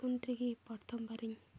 phone ᱛᱮᱜᱮ ᱯᱨᱚᱛᱷᱚᱢ ᱵᱟᱨᱮᱧ